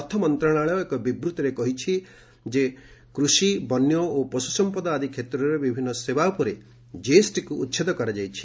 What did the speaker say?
ଅର୍ଥମନ୍ତ୍ରଣାଳୟ ଏକ ବିବୃତ୍ତିରେ କହିଛି ଯେ କୃଷି ବନ୍ୟ ଓ ପଶୁସମ୍ପଦ ଆଦି କ୍ଷେତ୍ରରେ ବିଭିନ୍ନ ସେବା ଉପରେ ଜିଏସ୍ଟିକୁ ଉଚ୍ଛେଦ କରାଯାଇଛି